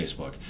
Facebook